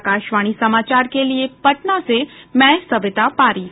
आकाशवाणी समाचार के लिये पटना से मैं सविता पारीक